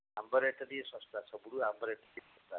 ଆମ୍ବ ରେଟ୍ଟା ଟିକେ ଶସ୍ତା ସବୁଠୁ ଆମ୍ବ ରେଟ୍ଟା ଟିକେ ଶସ୍ତା ଅଛି